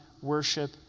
worship